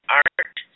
art